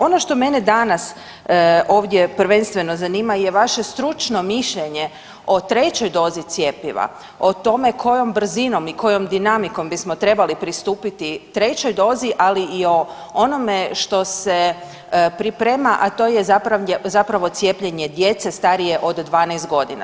Ono što mene danas ovdje prvenstveno zanima je vaše stručno mišljenje o trećoj dozi cjepiva, o tome kojom brzinom i kojom dinamikom bismo trebali pristupiti trećoj dozi ali i o onome što se priprema, a to je zapravo cijepljenje djece starije od 12 godina.